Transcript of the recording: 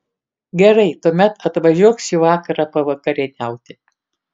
gerai tuomet atvažiuok šį vakarą pavakarieniauti